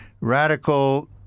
radical